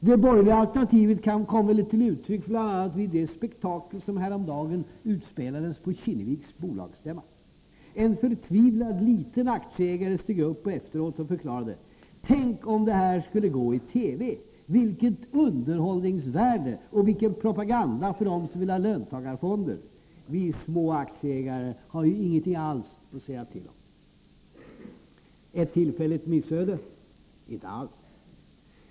Det borgerliga alternativet kom väl till uttryck bl.a. vid det spektakel som häromdagen utspelades på Kinneviks bolagsstämma. En förtvivlad liten aktieägare steg upp efteråt och förklarade: ”Tänk om det här skulle gå i TV. Vilket underhållningsvärde och vilken propaganda för dem som vill ha löntagarfonder. Vi små aktieägare har ju inget alls att säga till om.” Ett tillfälligt missöde? Inte alls.